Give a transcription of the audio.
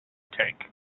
tank